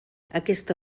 aquesta